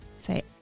Say